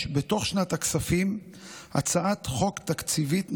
בתוך שנת הכספים הצעת חוק תקציבית נוספת.